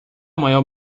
maior